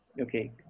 Okay